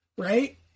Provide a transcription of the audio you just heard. right